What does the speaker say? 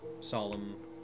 solemn